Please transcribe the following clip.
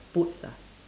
boots ah